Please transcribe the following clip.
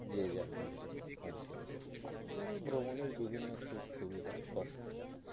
যে যার গন্তব্যে পৌঁছে গেল এভাবে ভ্রমণের বিভিন্ন সুখ সুবিধা কষ্ট